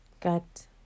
got